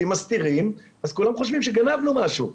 ואם מסתירים אז כולם חושבים שגנבנו משהו.